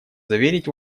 заверить